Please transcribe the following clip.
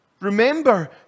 Remember